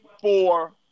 four